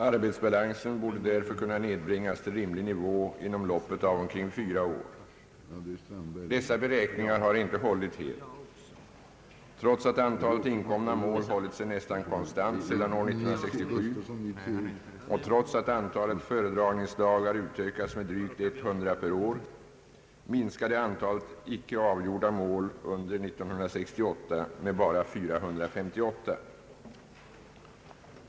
Arbetsbalansen borde därför kunna nedbringas till rimlig nivå inom loppet av omkring fyra år. Dessa beräkningar har inte hållit helt. Trots att antalet inkomna mål hållit sig nästan konstant sedan år 1967 och trots att antalet föredragningsdagar ökats med drygt 100 per år minskade antalet icke avgjorda mål år 1968 med bara 458.